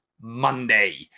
Monday